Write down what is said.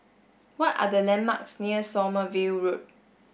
what are the landmarks near Sommerville Road